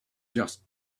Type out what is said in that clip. just